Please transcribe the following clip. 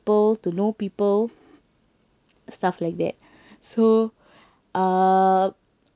people to know people stuff like that so uh